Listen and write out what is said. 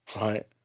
right